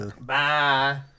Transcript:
Bye